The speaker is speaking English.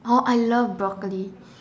oh I love broccoli